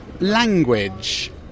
Language